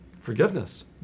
forgiveness